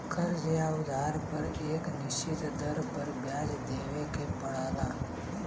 कर्ज़ या उधार पर एक निश्चित दर पर ब्याज देवे के पड़ला